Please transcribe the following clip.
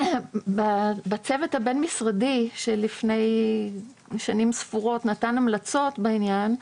בצוות הבין משרדי שלפני שנים ספורות נתן המלצות בעניין,